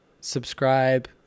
subscribe